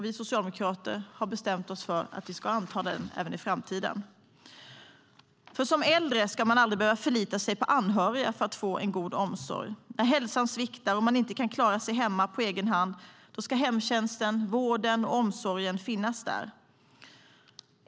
Vi socialdemokrater har bestämt oss för att anta den även i framtiden. Som äldre ska man aldrig behöva förlita sig på anhöriga för att få en god omsorg. När hälsan sviktar och man inte kan klara sig hemma på egen hand ska hemtjänsten, vården och omsorgen finnas där.